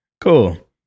Cool